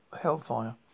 hellfire